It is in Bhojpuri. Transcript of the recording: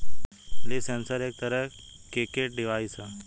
लीफ सेंसर एक तरह के के डिवाइस ह